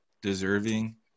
deserving